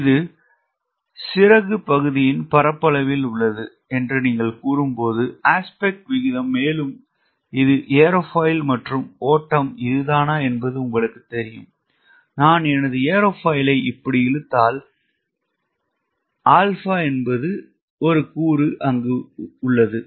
இது சிறகு பகுதியின் பரப்பளவில் உள்ளது என்று நீங்கள் கூறும் போது அஸ்பெக்ட் விகிதம் மேலும் இது ஏரோஃபைல் மற்றும் ஓட்டம் இதுதானா என்பது உங்களுக்குத் தெரியும் நான் எனது ஏரோஃபாயிலை இப்படி இழுத்தால் பின்னர் ஸ்வீப் கோணத்தின் MCOS என்று ஒரு கூறு உள்ளது